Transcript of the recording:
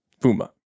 Fuma